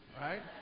Right